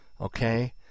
Okay